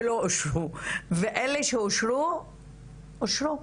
שלא אושרו, ואלה שאושרו, אושרו.